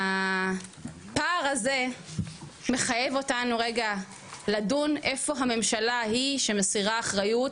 הפער הזה מחייב אותנו רגע לדון איפה הממשלה היא שמסירה אחריות,